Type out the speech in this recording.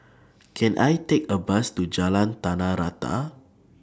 Can I Take A Bus to Jalan Tanah Rata